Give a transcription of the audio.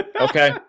okay